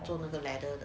做那个 level 的